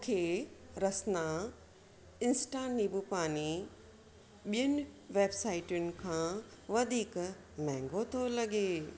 मूंखे रसना इंस्टा नींबूपानी ॿियुनि वेबसाइटुनि खां वधीक महांगो थो लॻे